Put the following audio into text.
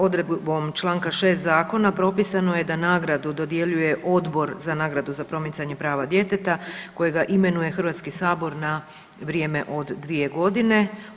Odredbom članka 6. Zakona propisano je da nagradu dodjeljuje Odbor za nagradu za promicanje prava djeteta kojega imenuje Hrvatski sabor na vrijeme od 2 godine.